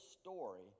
story